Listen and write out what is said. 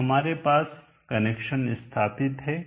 तो हमारे पास कनेक्शन स्थापित है